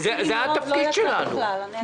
זה התפקיד שלנו.